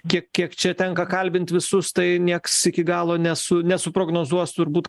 kiek kiek čia tenka kalbint visus tai nieks iki galo nesu nesuprognozuos turbūt